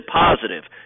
positive